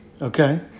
Okay